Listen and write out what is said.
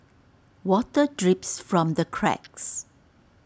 water drips from the cracks